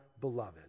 beloved